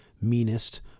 meanest